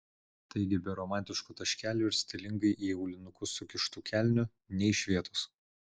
taigi be romantiškų taškelių ir stilingai į aulinukus sukištų kelnių nė iš vietos